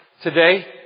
today